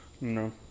No